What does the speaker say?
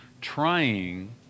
trying